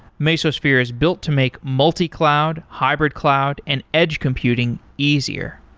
mesosphere is built to make multi-cloud, hybrid-cloud and edge computing easier.